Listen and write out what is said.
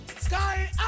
Sky